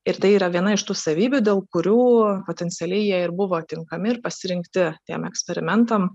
ir tai yra viena iš tų savybių dėl kurių potencialiai jie ir buvo tinkami ir pasirinkti tiem eksperimentam